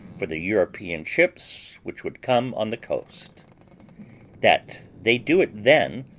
for the european ships which would come on the coast that they do it then,